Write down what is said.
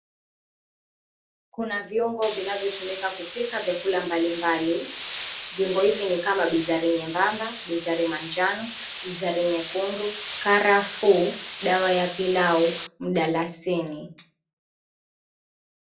Kuna viungo vinavyotumika kupika vyakula mbalimbali. Viungo hivi ni kama bizari nyembamba, bizari manjano, bizari nyekundu, karafuu, dawa ya pilau, mdalasini.